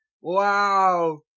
Wow